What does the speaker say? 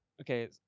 Okay